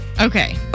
Okay